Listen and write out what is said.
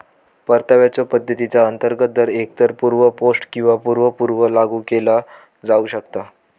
परताव्याच्यो पद्धतीचा अंतर्गत दर एकतर पूर्व पोस्ट किंवा पूर्व पूर्व लागू केला जाऊ शकता